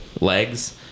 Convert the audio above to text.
legs